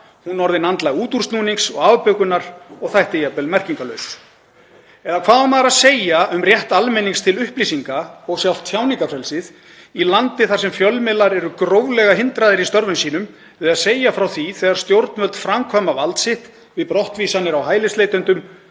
hún orðin andlag útúrsnúnings og afbökunar og þætti jafnvel merkingarlaus. Eða hvað á maður að segja um rétt almennings til upplýsinga og sjálft tjáningarfrelsið í landi þar sem fjölmiðlar eru gróflega hindraðir í störfum sínum við að segja frá því þegar stjórnvöld framkvæma vald sitt við brottvísanir á hælisleitendum